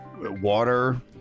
water